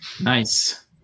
Nice